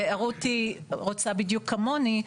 רותי רוצה בדיוק כמוני.